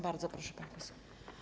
Bardzo proszę, pani poseł.